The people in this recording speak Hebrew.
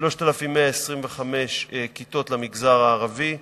3,125 כיתות למגזר הערבי.